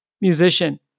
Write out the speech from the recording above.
musician